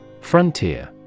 Frontier